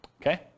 Okay